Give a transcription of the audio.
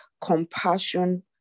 compassion